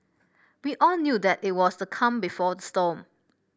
we all knew that it was the calm before the storm